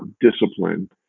discipline